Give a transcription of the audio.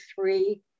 three